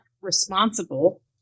responsible